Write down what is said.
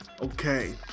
Okay